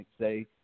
say